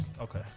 Okay